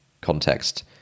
context